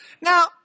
Now